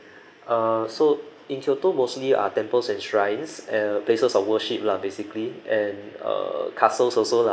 uh so in kyoto mostly are temples and shrines uh places of worship lah basically and uh castles also lah